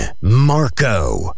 Marco